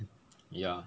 ya